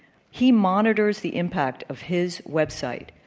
he monitors the impact of his website,